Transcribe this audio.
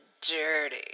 dirty